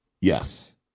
Yes